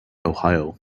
ohio